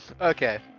Okay